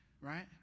right